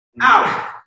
Out